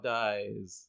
dies